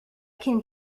can